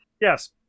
Yes